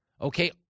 okay